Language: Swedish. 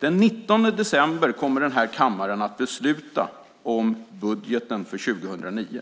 Den 19 december kommer den här kammaren att besluta om budgeten för 2009.